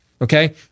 Okay